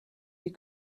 sie